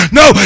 no